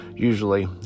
usually